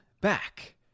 back